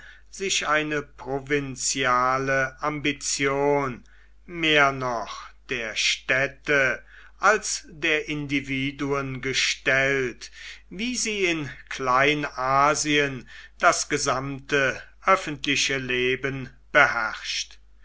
sich eine provinziale ambition mehr noch der städte als der individuen gestellt wie sie in kleinasien das gesamte öffentliche leben beherrscht